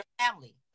family